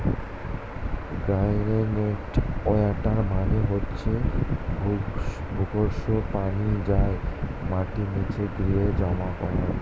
ground water মানে হচ্ছে ভূগর্ভস্থ পানি যা মাটির নিচে গিয়ে জমা হয়